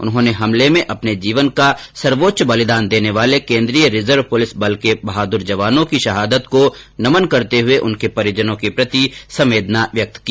उन्होंने हमले में अपने जीवन का सर्वोच्च बलिदान देने वाले केन्द्रीय रिजर्व पुलिस बल के बहादुर जवानों की शहादत को नमन करते हुए उनके परिजनों के प्रति संवेदना व्यक्त की